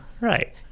right